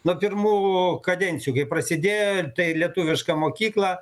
nuo pirmųjų kadencijų kai prasidėjo ir tai lietuviška mokykla